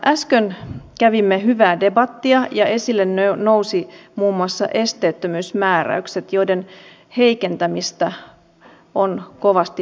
äsken kävimme hyvää debattia ja esille nousivat muun muassa esteettömyysmääräykset joiden heikentämistä on kovasti pelätty